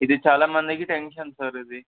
ఇది చాలామందికి tension sir ఇది